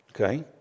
okay